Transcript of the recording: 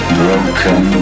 broken